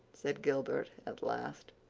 said gilbert at last.